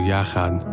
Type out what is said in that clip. Yachad